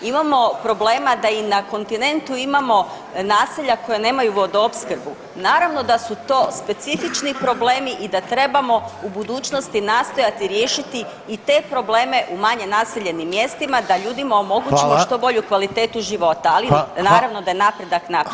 Imamo problema da i na kontinentu imamo naselja koja nemaju vodoopskrbu, naravno da su to specifični problem i da trebamo u budućnosti nastojati riješiti i te probleme u manje naseljenim mjestima da ljudima omogućimo što [[Upadica Reiner: Hvala.]] bolju kvalitetu života, ali naravno da je napredak napravljen.